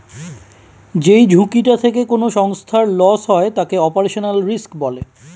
যেই ঝুঁকিটা থেকে কোনো সংস্থার লস হয় তাকে অপারেশনাল রিস্ক বলে